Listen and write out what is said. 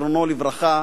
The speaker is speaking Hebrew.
זיכרונו לברכה,